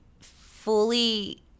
fully